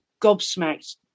gobsmacked